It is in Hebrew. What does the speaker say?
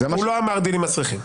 הוא לא אמר דילים מסריחים.